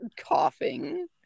Coughing